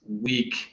week